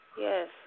yes